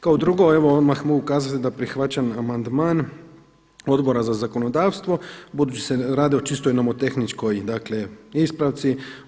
Kao drugo, evo odmah mogu kazati da prihvaćam amandman Odbora za zakonodavstvo budući se radi o čistoj nomotehničkoj, dakle ispravci.